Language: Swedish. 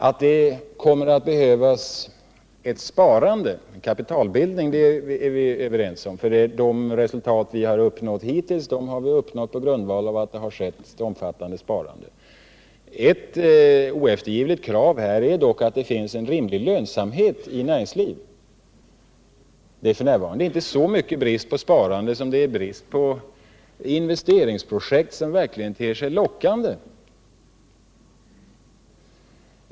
Att det kommer att behövas ett sparande, en kapitalbildning, är vi överens om, för de resurser vi har uppnått hittills har vi kunnat uppnå på grund av ett omfattande sparande. Ett oeftergivligt krav är dock att det finns en rimlig lönsamhet i näringslivet. Det är f. n. inte så mycket fråga om brist på sparande som fråga om brist på verkligt lockande investeringsprojekt.